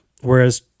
whereas